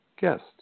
guest